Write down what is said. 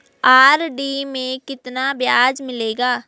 RD में कितना ब्याज मिलेगा?